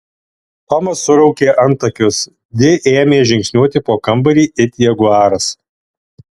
tomas suraukė antakius di ėmė žingsniuoti po kambarį it jaguaras